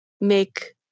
make